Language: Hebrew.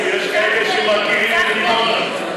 יש כאלה שמכירים את דימונה.